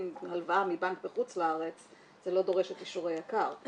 הלוואה מבנק בחוץ-לארץ זה לא דורש את אישור היק"ר .